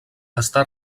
està